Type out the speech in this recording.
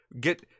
get